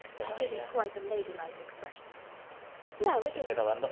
that isn't quite a ladylike expression no, it isn't.